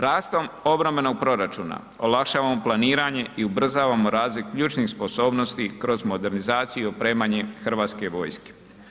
Rastom obrambenog proračuna olakšavamo planiranje i ubrzavamo razvoj ključnih sposobnosti kroz modernizaciju i opremanje Hrvatske vojske.